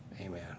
amen